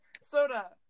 Soda